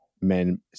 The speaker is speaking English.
men